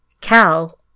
Cal